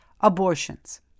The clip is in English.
Abortions